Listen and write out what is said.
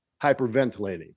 hyperventilating